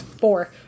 four